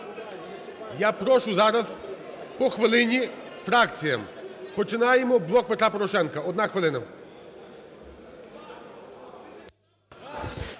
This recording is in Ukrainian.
Я прошу зараз по хвилині фракціям. Починаємо – "Блок Петра Порошенка", одна хвилина.